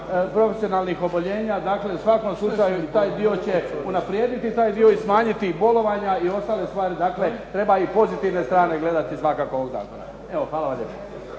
profesionalnih oboljenja, dakle u svakom slučaju i taj dio će unaprijediti, taj dio i smanjiti bolovanja i ostale stvari. Dakle, treba i pozitivne strane gledati svakako. Evo, hvala vam